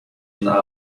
not